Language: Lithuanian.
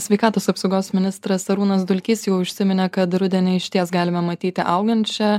sveikatos apsaugos ministras arūnas dulkys jau užsiminė kad rudenį išties galime matyti augančią